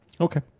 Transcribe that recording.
okay